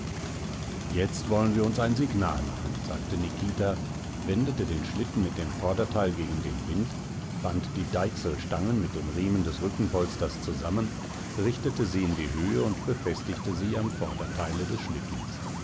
jetzt wollen wir uns ein signal machen sagte nikita wendete den schlitten mit dem vorderteil gegen den wind band die deichselstangen mit dem riemen des rückenpolsters zusammen richtete sie in die höhe und befestigte sie am vorderteile des schlittens